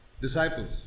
disciples